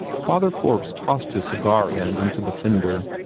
father forbes tossed his cigar-end into the fender.